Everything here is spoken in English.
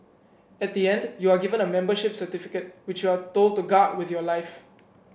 at the end you are given a membership certificate which you are told to guard with your life